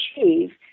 achieve